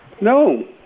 No